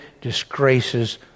disgraces